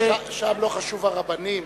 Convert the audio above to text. שם לא חשוב הרבנים,